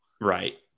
Right